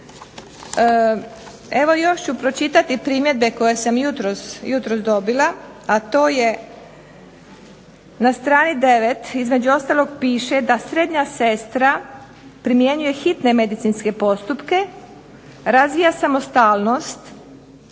Evo još ću pročitati primjedbe koje sam jutros dobila a to je, na strani 9. između ostalog piše da srednja sestra primjenjuje hitne medicinske postupke, razvija samostalnost,